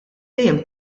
dejjem